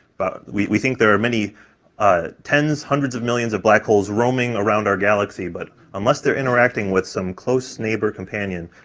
but we we think there are many ah tens, hundreds of millions of black holes roaming around our galaxy, but unless they're interacting with some close neighbor companion,